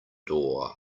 door